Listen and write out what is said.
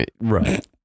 Right